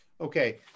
Okay